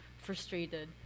frustrated